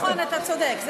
נכון, אתה צודק.